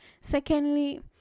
Secondly